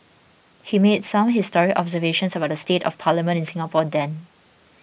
he made some historic observations about the state of Parliament in Singapore then